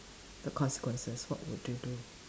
the consequences what would you do